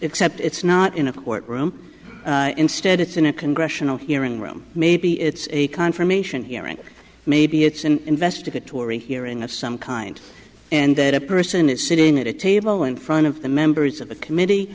except it's not in a court room instead it's in a congressional hearing room maybe it's a confirmation hearing maybe it's an investigatory hearing of some kind and that a person is sitting at a table in front of the members of the committee